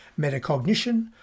metacognition